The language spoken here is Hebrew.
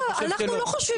לא, אנחנו לא חושבים שזה קצר.